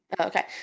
Okay